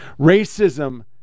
Racism